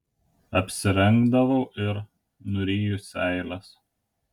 apsirengdavau ir nuryju seiles